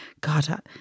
God